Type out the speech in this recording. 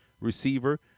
receiver –